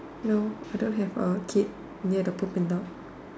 no I don't have a kid near the poop and dog